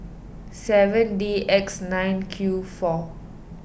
seven D X nine Q four